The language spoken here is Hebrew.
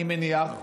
אני מניח,